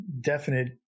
definite